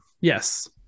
Yes